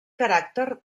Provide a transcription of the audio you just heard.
caràcter